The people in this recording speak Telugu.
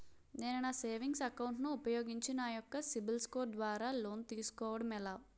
నేను నా సేవింగ్స్ అకౌంట్ ను ఉపయోగించి నా యెక్క సిబిల్ స్కోర్ ద్వారా లోన్తీ సుకోవడం ఎలా?